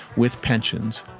with pensions.